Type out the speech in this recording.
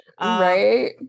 right